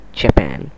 japan